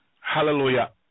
Hallelujah